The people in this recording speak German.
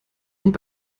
und